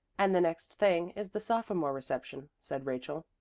and the next thing is the sophomore reception, said rachel.